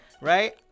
right